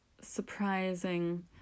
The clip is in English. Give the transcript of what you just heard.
surprising